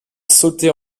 sautait